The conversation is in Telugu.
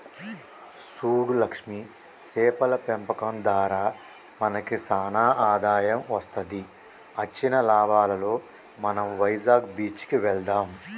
సూడు లక్ష్మి సేపల పెంపకం దారా మనకి సానా ఆదాయం వస్తది అచ్చిన లాభాలలో మనం వైజాగ్ బీచ్ కి వెళ్దాం